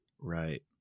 Right